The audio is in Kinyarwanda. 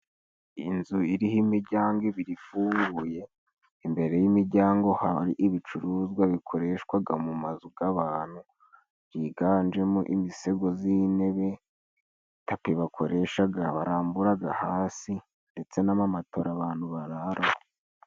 Inzu iriho imiryango ebyiri ifunguye, imbere y'imiryango hari ibicuruzwa bikoreshwa mu mazu y'abantu byiganjemo imisego y'intebe, tapi bakoresha barambura hasi, ndetse n'amamatora abantu bararaho.